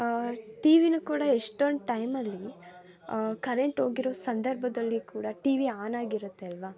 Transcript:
ಟಿವಿಯೂ ಕೂಡ ಎಷ್ಟೊಂದು ಟೈಮಲ್ಲಿ ಕರೆಂಟ್ ಹೋಗಿರೊ ಸಂದರ್ಭದಲ್ಲಿ ಕೂಡ ಟಿವಿ ಆನಾಗಿರುತ್ತೆ ಅಲ್ವ